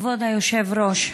כבוד היושב-ראש,